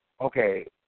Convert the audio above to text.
okay